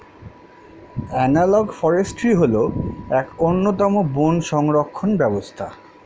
analogue forestry হল এক অন্যতম বন সংরক্ষণ ব্যবস্থা